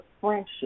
friendship